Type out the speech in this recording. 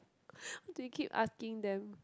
why you keep asking them